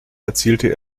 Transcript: erzielte